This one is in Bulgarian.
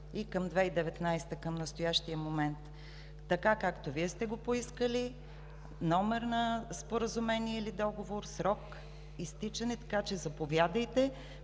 и към 2019 г., към настоящия момент, така, както Вие сте го поискали, номер на споразумение или договор, срок – изтичане. Така че, заповядайте,